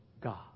God